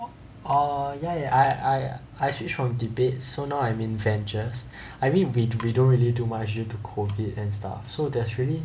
err ya ya I I I switch from debate so now I'm in ventures I mean we we don't really do much due to COVID and stuff so there's really